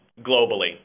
globally